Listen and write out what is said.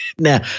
Now